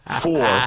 four